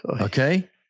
Okay